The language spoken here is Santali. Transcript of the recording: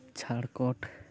ᱡᱷᱟᱲᱠᱷᱚᱱᱰ